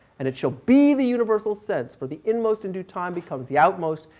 and it shall be the universal sense for the in most in due time becomes the out most.